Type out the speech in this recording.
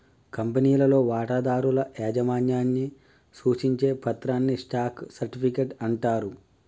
కంపెనీలో వాటాదారుల యాజమాన్యాన్ని సూచించే పత్రాన్ని స్టాక్ సర్టిఫికెట్ అంటారు